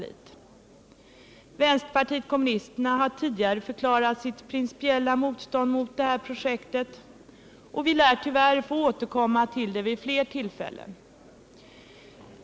Vänsterpartiet kommunisterna har tidigare förklarat sitt principiella motstånd mot detta projekt, och vi lär tyvärr få återkomma till det vid flera tillfällen.